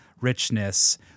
richness